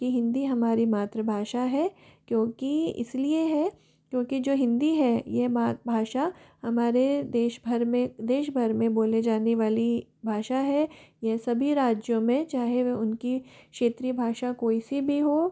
कि हिन्दी हमारी मातृभाषा है क्योंकि इसलिए है क्योंकि जो हिन्दी है यह भा भाषा हमारे देश भर में देश भर में बोले जाने वाली भाषा है ये सभी राज्यों में चाहे वो उनकी क्षेत्रीय भाषा कोई सी भी हो